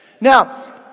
Now